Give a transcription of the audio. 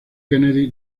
kennedy